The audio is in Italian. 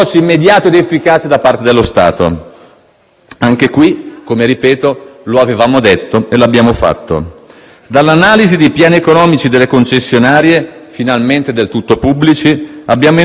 Anche qui - ripeto - lo avevamo detto e l'abbiamo fatto. Dall'analisi dei piani economici delle concessionarie, finalmente del tutto pubblici, abbiamo inoltre constatato che gli investimenti sostenuti,